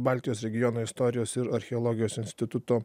baltijos regiono istorijos ir archeologijos instituto